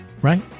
right